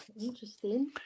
Interesting